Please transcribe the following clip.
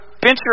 venture